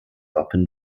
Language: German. wappen